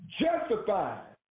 justified